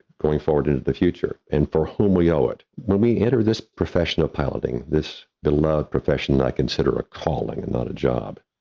going forward to the future and for whom we owe it. when we enter this profession of piloting this beloved profession, i consider a calling and not a job.